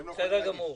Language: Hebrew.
שלא יכלו להגיש.